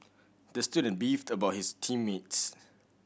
the student beefed about his team mates